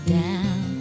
down